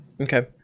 Okay